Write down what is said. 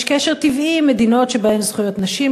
יש קשר טבעי עם מדינות שבהן זכויות נשים,